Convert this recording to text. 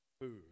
food